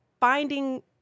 finding